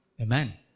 Amen